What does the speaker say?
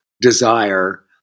desire